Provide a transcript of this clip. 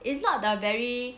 it's not the very